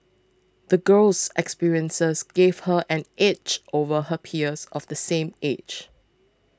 the girl's experiences gave her an edge over her peers of the same age